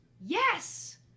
Yes